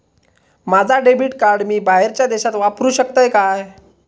माझा debit card मी बाहेरच्या देशात वापरू शकतय काय?